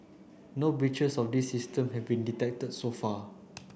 no breaches of these systems have been detected so far